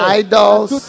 idols